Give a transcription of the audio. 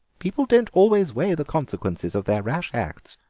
people don't always weigh the consequences of their rash acts,